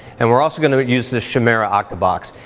and we're also gonna use the chimera octabox.